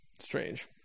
Strange